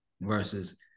versus